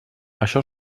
això